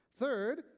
Third